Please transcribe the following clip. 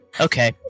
Okay